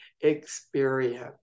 experience